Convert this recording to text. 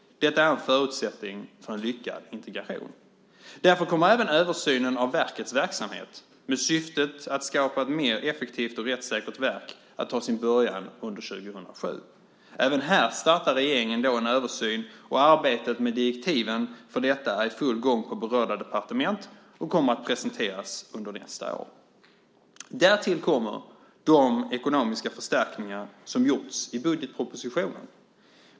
Detta är en förutsättning för en lyckad integration. Därför kommer även översynen av verkets verksamhet, med syfte att skapa ett mer effektivt och rättssäkert verk, att ta sin början under 2007. Även här startar regeringen en översyn, och arbetet med direktiven för detta är i full gång på berörda departement. De kommer att presenteras under nästa år. Därtill kommer de ekonomiska förstärkningar som gjorts i budgetpropositionen.